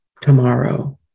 tomorrow